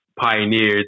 pioneers